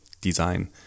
design